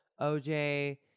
OJ